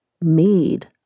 made